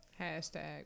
Hashtag